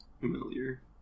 familiar